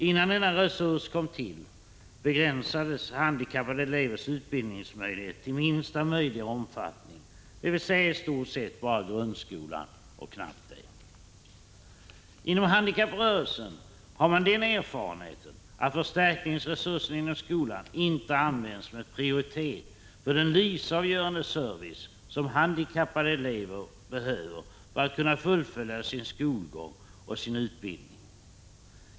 Innan denna resurs kom till, begränsades handikappade elevers utbildningsmöjlighet till minsta möjliga omfattning, dvs. i stort sett bara grundskola och knappt det. Inom handikapprörelsen har man den erfarenheten att förstärkningsresursen inom skolan inte används med prioritet för den livsavgörande service som handikappade elever behöver för att kunna fullfölja sin skolgång och sin utbildning.